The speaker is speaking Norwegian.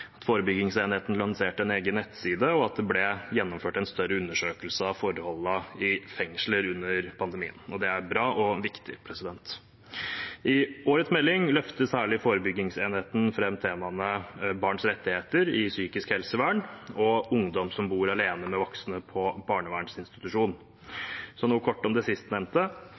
Forebyggingsenheten lanserte en egen nettside, og det ble gjennomført en større undersøkelse av forholdene i fengsler under pandemien. Det er bra og viktig. I årets melding løftes særlig forebyggingsenheten fram temaene barns rettigheter i psykisk helsevern og ungdom som bor alene med voksne på barnevernsinstitusjon. Så noe kort om det sistnevnte: